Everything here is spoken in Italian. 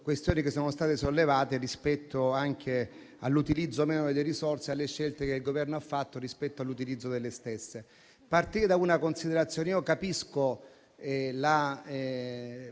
questioni che sono state sollevate anche rispetto all'utilizzo o meno delle risorse, alle scelte che il Governo ha fatto rispetto all'utilizzo delle stesse. Lo farò a partire da una considerazione: capisco la